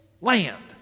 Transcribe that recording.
Land